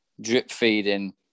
drip-feeding